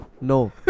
No